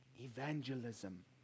evangelism